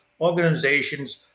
organizations